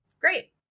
Great